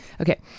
Okay